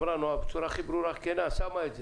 אמרה נועה בצורה הכי ברורה ושמה את זה.